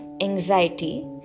anxiety